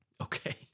Okay